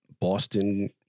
Boston